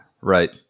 right